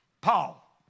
Paul